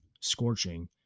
scorching